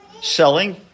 Selling